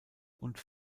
und